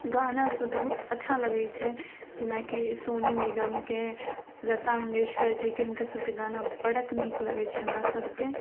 गाना बहुत अच्छा लगै छै जेनाकि सोनू निगमके लता मङ्गेशकरजीके हिनकर सभके गाना बड़ा नीक लागै छै हमरासभकेँ